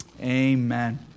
Amen